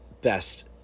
best